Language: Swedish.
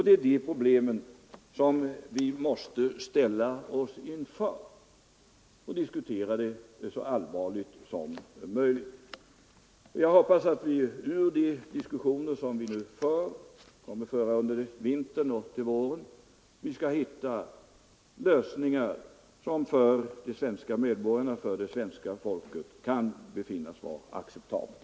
Det är detta problem vi ställs inför och måste diskutera så allvarligt som möjligt. Jag hoppas att vi i de diskussioner vi nu för och kommer att föra under vintern och våren skall hitta lösningar som för de svenska med | Nr 131 borgarna kan befinnas vara acceptabla.